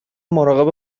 مراقب